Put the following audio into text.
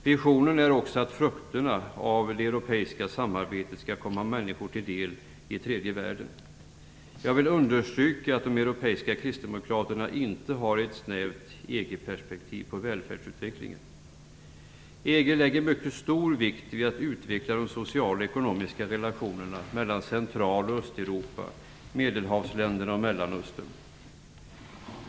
Visionen är också att frukterna av det europeiska samarbetet skall komma människor i tredje världen till del. Jag vill understryka att de europeiska kristdemokraterna inte har ett snävt EU-perspektiv på välfärdsutvecklingen. EU lägger mycket stor vikt vid att utveckla de sociala och ekonomiska relationerna mellan Central och Östeuropa, medelhavsländerna och Mellanöstern.